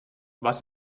was